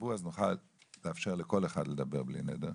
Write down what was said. בדיבור נוכל לאפשר לכל אחד לדבר בלי נדר.